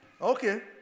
okay